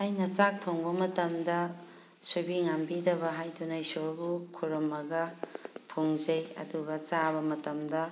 ꯑꯩꯅ ꯆꯥꯛ ꯊꯣꯡꯕ ꯃꯇꯝꯗ ꯁꯣꯏꯕꯤ ꯉꯥꯝꯕꯤꯗꯕ ꯍꯥꯏꯗꯨꯅ ꯏꯁꯣꯔꯕꯨ ꯈꯨꯔꯨꯝꯃꯒ ꯊꯣꯡꯖꯩ ꯑꯗꯨꯒ ꯆꯥꯕ ꯃꯇꯝꯗ